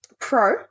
Pro